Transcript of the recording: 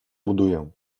buduję